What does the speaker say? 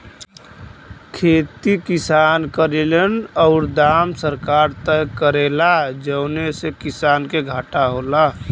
खेती किसान करेन औरु दाम सरकार तय करेला जौने से किसान के घाटा होला